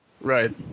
Right